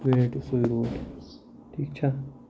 تُہۍ رٔٹِو سُے روڈ ٹھیٖک چھا